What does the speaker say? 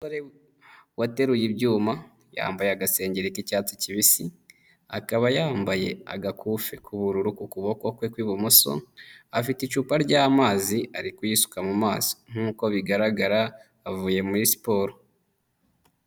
Umusore wateruye ibyuma, yambaye agasengeri k'icyatsi kibisi, akaba yambaye agakufi k'ubururu ku kuboko kwe kw'ibumoso, afite icupa ry'amazi ari kuyisuka mu maso. Nk'uko bigaragara avuye muri siporo.